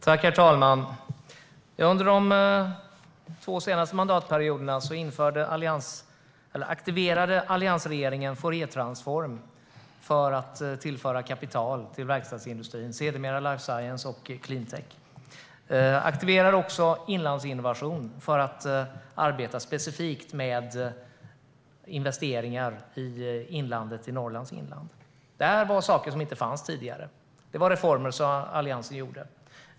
Herr talman! Under de två senaste mandatperioderna aktiverade Alliansregeringen Fouriertransform för att tillföra kapital till verkstadsindustrin. Sedermera övergick Fouriertransform till life science och cleantech. Vi aktiverade också Inlandsinnovation som skulle arbeta specifikt med investeringar i Norrlands inland. Detta fanns inte tidigare, och det var reformer som Alliansen genomförde.